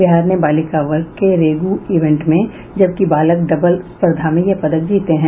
बिहार ने बालिका वर्ग के रेगु इवेंट में जबकि बालक डबल स्पर्धा में ये पदक जीते हैं